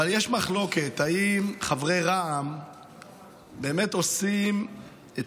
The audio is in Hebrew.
אבל יש מחלוקת אם חברי רע"מ באמת עושים את